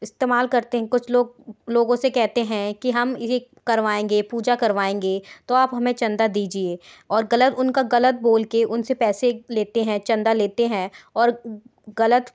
इस्तेमाल करते हैं कुछ लोग लोगों से कहते हैं कि हम ये करवाएँगे पूजा करवाएँगे तो आप हमें चंदा दीजिए और गलत उनका गलत बोलके उनसे पैसे लेते हैं चंदा लेते हैं और गलत